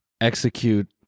execute